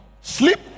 Sleep